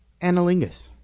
Analingus